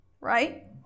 right